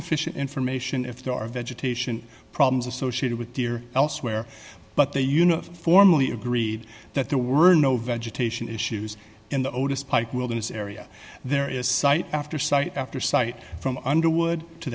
sufficient information if there are vegetation problems associated with deer elsewhere but they uniformly agreed that there were no vegetation issues in the oldest pike wilderness area there is site after site after site from underwood to